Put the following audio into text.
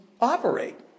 operate